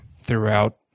throughout